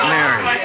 Mary